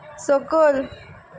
सकयल